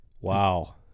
Wow